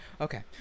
okay